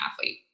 athlete